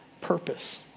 purpose